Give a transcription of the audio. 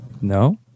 No